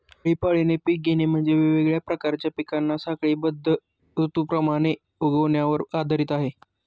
आळीपाळीने पिक घेणे म्हणजे, वेगवेगळ्या प्रकारच्या पिकांना साखळीबद्ध ऋतुमानाप्रमाणे उगवण्यावर आधारित आहे